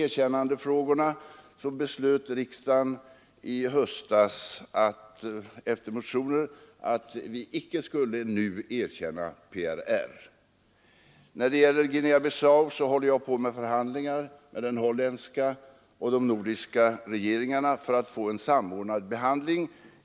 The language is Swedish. Riksdagen beslöt i höstas vid behandling av motionsförslag att vi inte nu skulle erkänna PRR. När det gäller Guinea-Bissau förhandlar jag med den holländska och de nordiska regeringarna för att få en samordnad behandling.